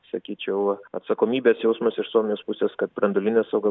sakyčiau atsakomybės jausmas iš suomijos pusės kad branduolinė sauga